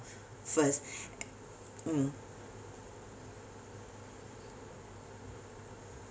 first mm